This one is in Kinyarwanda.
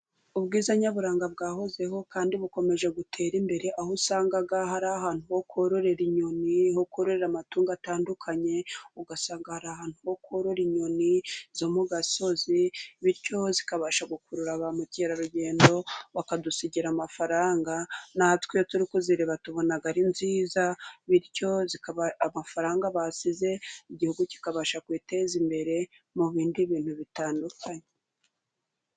Ubwiza nyaburanga bwahozeho kandi bukomeje gutera imbere aho usanga hari ahantu ho kororera inyoni ,ho kororera amatungo atandukanye ,ugasanga hari ahantu ho kororera inyoni zo mu gasozi, zikabasha gukurura ba mukerarugendo bakadusigira amafaranga, natwe iyo turi kuzireba tubona ari nziza bityo zikaba amafaranga basize igihugu kikabasha kwiteza imbere mu bindi bintu bitandukanye.